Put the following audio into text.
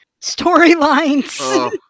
storylines